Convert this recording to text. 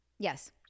Yes